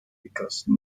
because